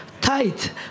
tight